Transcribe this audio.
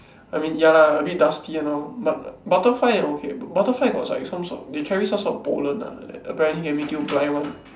I mean ya lah a bit dusty and all but butterfly I'm okay but butterfly got like some sort they carry some sort of pollen lah like that apparently can make you blind one